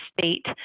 state